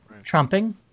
Trumping